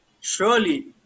Surely